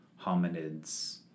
hominids